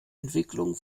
entwicklung